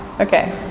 Okay